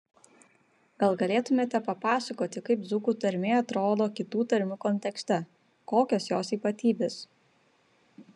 gal galėtumėte papasakoti kaip dzūkų tarmė atrodo kitų tarmių kontekste kokios jos ypatybės